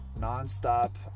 non-stop